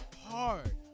hard